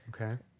Okay